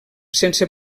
sense